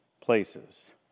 places